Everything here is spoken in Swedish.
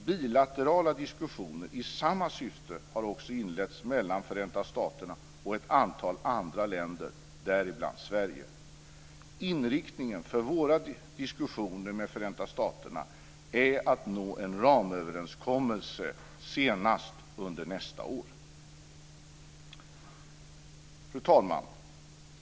Bilaterala diskussioner i samma syfte har också inletts mellan Förenta staterna och ett antal andra länder, däribland Sverige. Inriktningen för våra diskussioner med Förenta staterna är att vi ska nå en ramöverenskommelse senast under nästa år. Fru talman!